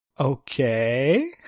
Okay